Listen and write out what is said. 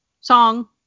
song